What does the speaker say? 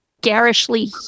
garishly